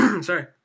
Sorry